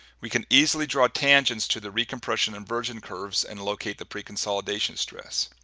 we can easily draw tangents to the recompression and virgin curves and locate the preconsolidation stress.